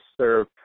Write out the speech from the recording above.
serve